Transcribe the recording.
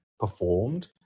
performed